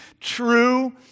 true